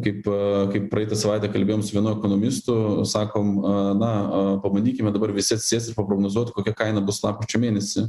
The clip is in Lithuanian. kaip kaip praeitą savaitę kalbėjom su vienu ekonomistu sakom na pabandykime dabar visi paprognozuot kokia kaina bus lapkričio mėnesį